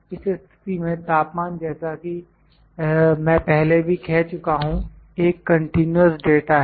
इस स्थिति में तापमान जैसा कि मैं पहले भी कह चुका हूं एक कंटीन्यूअस डेटा है